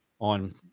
on